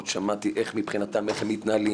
עוד שמעתי איך מבחינתם הם מתנהלים,